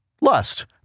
lust